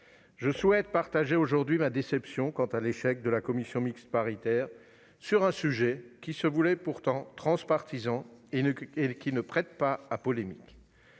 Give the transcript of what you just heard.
Je souhaite exprimer ma déception quant à l'échec de la commission mixte paritaire sur un sujet qui s'annonçait pourtant transpartisan et ne prête guère à polémique.